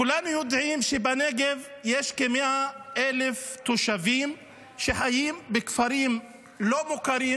כולנו יודעים שבנגב יש כ-100,000 תושבים שחיים בכפרים לא מוכרים,